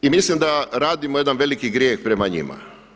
I mislim da radimo jedan veliki grijeh prema njima.